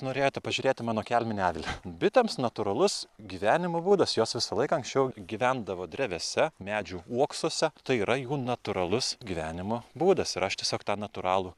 norėjote pažiūrėti mano kelminį avilį bitėms natūralus gyvenimo būdas jos visą laiką anksčiau gyvendavo drevėse medžių uoksuose tai yra jų natūralus gyvenimo būdas ir aš tiesiog tą natūralų